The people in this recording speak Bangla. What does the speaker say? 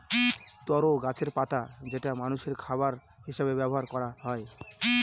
তরো গাছের পাতা যেটা মানষের খাবার হিসেবে ব্যবহার করা হয়